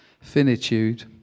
Finitude